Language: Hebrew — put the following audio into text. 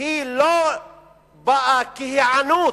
היא לא באה כהיענות